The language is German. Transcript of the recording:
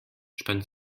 spannt